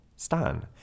Stan